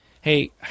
Hey